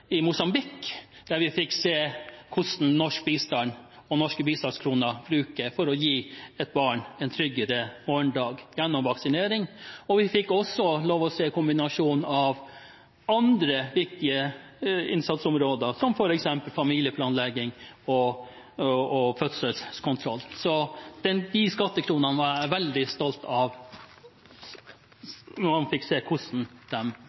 Mosambik, der vi fikk se hvordan norsk bistand og norske bistandskroner brukes for å gi barn en tryggere morgendag gjennom vaksinering. Vi fikk også lov å se kombinasjonen av andre viktige innsatsområder, som f.eks. familieplanlegging og fødselskontroll. Så de skattekronene var jeg veldig stolt av da jeg fikk se hvordan